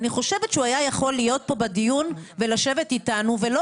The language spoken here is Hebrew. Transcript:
אני חושבת שהוא היה יכול להיות פה בדיון ולשבת איתנו ולא